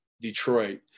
Detroit